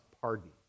pardon